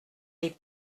les